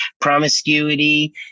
promiscuity